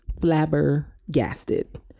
flabbergasted